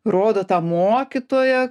rodo tą mokytoją